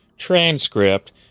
transcript